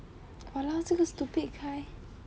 !walao! 这个 stupid kai